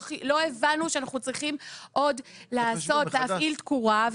לא הבנו שאנחנו צריכים עוד לעשות, להפעיל תקורה.